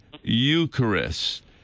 Eucharist